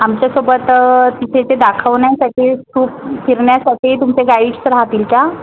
आमच्यासोबत तिथे ते दाखवण्यासाठी स्तूप फिरण्यासाठी तुमचे गाईड्स राहतील का